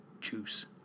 Juice